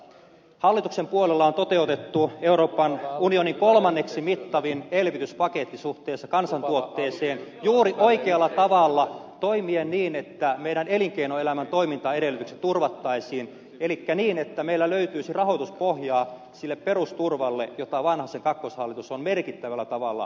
hallituksen puolella on toteutettu euroopan unionin kolmanneksi mittavin elvytyspaketti suhteessa kansantuotteeseen juuri oikealla tavalla toimien niin että meidän elinkeinoelämämme toimintaedellytykset turvattaisiin elikkä niin että meillä löytyisi rahoituspohjaa sille perusturvalle jota vanhasen kakkoshallitus on merkittävällä tavalla vahvistanut